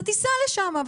אתה תיסע לשם,